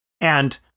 And-